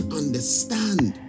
understand